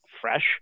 fresh